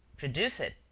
produce it.